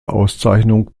auszeichnung